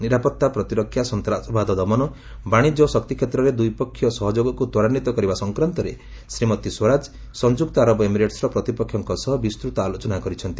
ନିରାପଭା ପ୍ରତିରକ୍ଷା ସନ୍ତାସବାଦ ଦମନ ବାଣିଜ୍ୟ ଓ ଶକ୍ତିକ୍ଷେତ୍ରରେ ଦ୍ୱିପକ୍ଷୀୟ ସହଯୋଗକୁ ତ୍ୱରାନ୍ୱିତ କରିବା ସଂକ୍ରାନ୍ତରେ ଶ୍ରୀମତୀ ସ୍ୱରାଜ ସଂଯୁକ୍ତ ଆରବ ଏମିରେଟ୍ସ୍ର ପ୍ରତିପକ୍ଷଙ୍କ ସହ ବିସ୍ତୁତ ଆଲୋଚନା କରିଛନ୍ତି